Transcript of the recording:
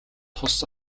тус